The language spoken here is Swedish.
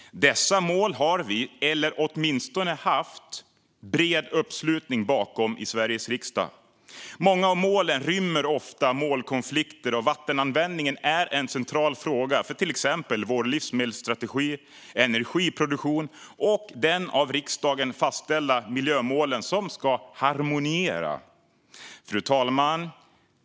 Dessa mål har vi, eller har vi åtminstone haft, bred uppslutning bakom i Sveriges riksdag. Många av målen rymmer ofta målkonflikter, och vattenanvändningen är en central fråga för till exempel vår livsmedelsstrategi och vår energiproduktion och de av riksdagen fastställda miljömålen, som ska harmoniera. Fru talman!